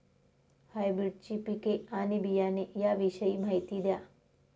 हायब्रिडची पिके आणि बियाणे याविषयी माहिती द्या